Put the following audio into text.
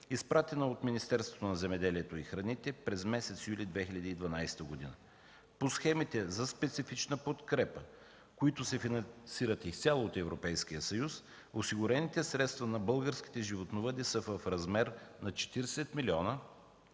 изпратена от Министерството на земеделието и храните през месец юли 2012 г. По схемите за специфична подкрепа, които се финансират изцяло от Европейския съюз, осигурените средства на българските животновъди са в размер на 40 милиона